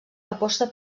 aposta